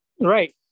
Right